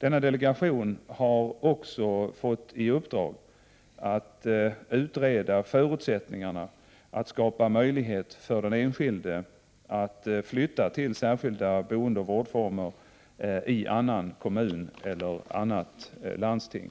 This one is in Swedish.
Denna delegation har också fått i uppdrag att utreda förutsättningarna att skapa möjlighet för den enskilde att flytta till särskilda boendeoch vårdformer i annan kommun eller annat landsting.